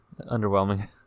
Underwhelming